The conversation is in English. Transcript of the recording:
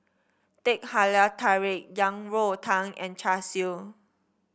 Teh Halia Tarik Yang Rou Tang and Char Siu